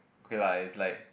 okay lah is like